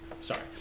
Sorry